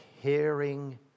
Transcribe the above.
hearing